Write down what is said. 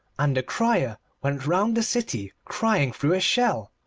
and a crier went round the city crying through a shell.